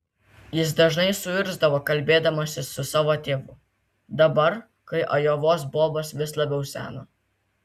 jis dažnai suirzdavo kalbėdamasis su savo tėvu dabar kai ajovos bobas vis labiau seno